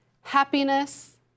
happiness